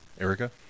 Erica